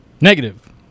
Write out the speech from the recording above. Negative